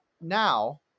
now